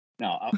No